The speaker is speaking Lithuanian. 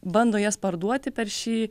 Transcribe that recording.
bando jas parduoti per šį